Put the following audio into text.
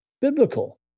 biblical